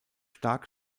stark